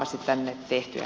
herra puhemies